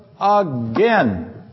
again